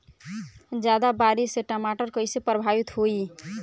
ज्यादा बारिस से टमाटर कइसे प्रभावित होयी?